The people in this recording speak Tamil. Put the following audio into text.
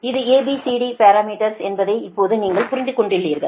இது ABCD பாரமீட்டர்ஸ் என்பதை இப்போது நீங்கள் புரிந்துகொள்கிறீர்கள்